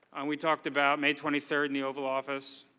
we talked about may twenty third in the oval office